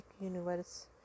universe